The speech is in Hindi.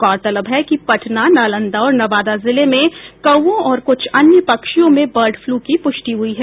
गौरतलब है कि पटना नालंदा और नवादा जिले में कौओं और कुछ अन्य पक्षियों में बर्ड फलू की पुष्टि हुई है